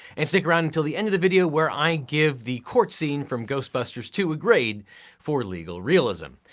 and stick around until the end of the video where i give the court scene from ghostbusters two a grade for legal realism.